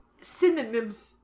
synonyms